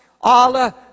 Allah